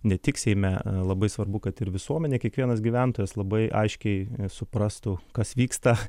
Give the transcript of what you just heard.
ne tik seime labai svarbu kad ir visuomenė kiekvienas gyventojas labai aiškiai suprastų kas vyksta